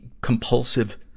compulsive